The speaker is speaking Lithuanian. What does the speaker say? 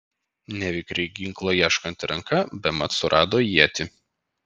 nevikriai ginklo ieškanti ranka bemat surado ietį